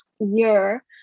year